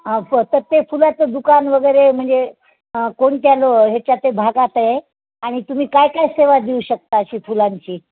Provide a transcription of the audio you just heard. हा तर ते फुलाचं दुकानवगैरे म्हणजे कोणत्या लो याच्या ते भागात आहे आणि तुम्ही काय काय सेवा देऊ शकता अशी फुलांची